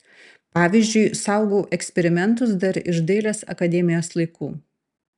pavyzdžiui saugau eksperimentus dar iš dailės akademijos laikų